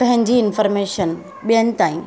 पंहिंजी इनफॉर्मेशन ॿियनि ताईं